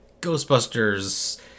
Ghostbusters